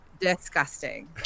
Disgusting